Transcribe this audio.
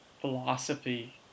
philosophy